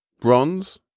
bronze